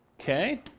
Okay